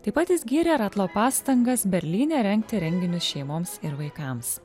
taip pat jis gyrė ir ratlo pastangas berlyne rengti renginius šeimoms ir vaikams